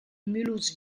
mulhouse